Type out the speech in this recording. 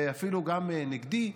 ואפילו נגדי,